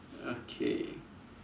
okay